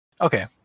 Okay